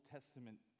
Testament